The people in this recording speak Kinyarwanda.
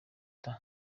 leta